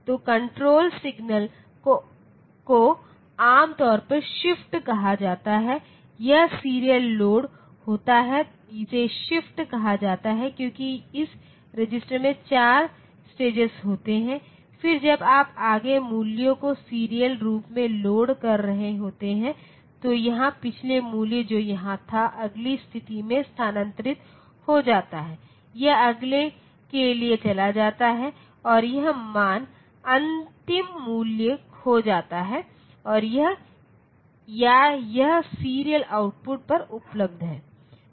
तो control signal को आम तौर पर शिफ्ट कहा जाता है यह सीरियल लोड होता है इसे शिफ्ट कहा जाता है क्योंकि इस रजिस्टर में 4 स्टेजेस होते हैं फिर जब आप अगले मूल्य को सीरियल रूप से लोड कर रहे होते हैं तो यहां पिछले मूल्य जो यहाँ था अगली स्थिति में स्थानांतरित हो जाता है यह अगले के लिए चला जाता है और यह मान अंतिम मूल्य खो जाता है या यह सीरियल आउटपुट पर उपलब्ध है